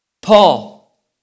Paul